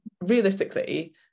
realistically